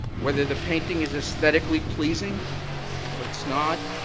whether the painting is aesthetically pleasing or it's not.